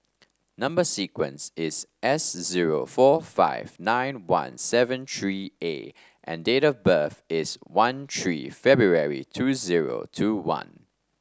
number sequence is S zero four five nine one seven three A and date of birth is one three February two zero two one